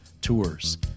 tours